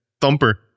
Thumper